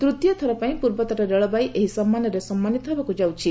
ତୃତୀୟ ଥରପାଇଁ ପୂର୍ବତଟ ରେଳବାଇ ଏହି ସମ୍ମାନରେ ସମ୍ମାନିତ ହେବାକୁ ଯାଉଛି